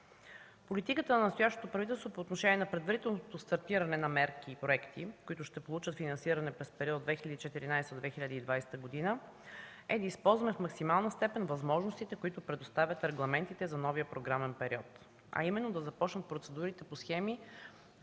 Политиката на настоящото правителство по отношение на предварителното стартиране на мерки и проекти, които ще получат финансиране през периода 2014-2020 г., е да използваме в максимална степен възможностите, които предоставят регламентите за новия програмен период, а именно да започнат процедурите по схеми